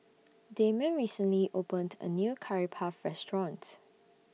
Damond recently opened A New Curry Puff Restaurant